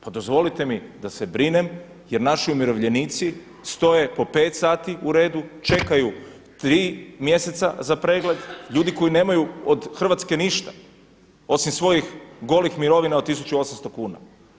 Pa dozvolite jer naši umirovljenici stoje po 5 sati u redu, čekaju 3 mjeseca za pregled, ljudi koji nemaju od Hrvatske ništa osim svojih golih mirovina od 1800 kuna.